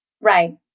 Right